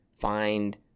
find